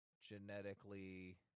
genetically